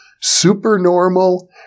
Supernormal